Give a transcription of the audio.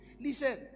Listen